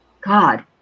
God